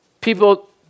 people